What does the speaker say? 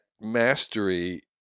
mastery